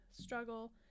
struggle